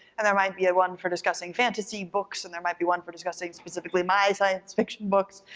and there might be ah one for discussing fantasy books. and there might be one for discussing specifically my science fiction books.